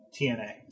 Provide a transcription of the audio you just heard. TNA